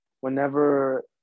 whenever